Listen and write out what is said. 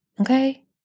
okay